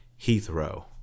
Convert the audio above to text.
Heathrow